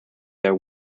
that